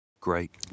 Great